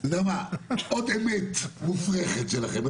אתה יודע מה, עוד אמת מופרכת שלכם.